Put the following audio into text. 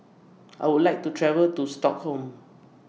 I Would like to travel to Stockholm